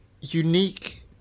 unique